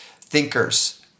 thinkers